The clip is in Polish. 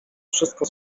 wszystko